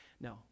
No